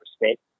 respect